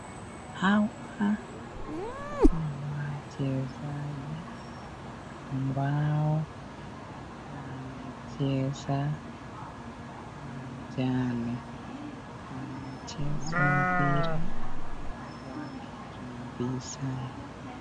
Hawa ni wachezaji ambao wanacheza uwanjani, wamecheza mpira wakikimbizana.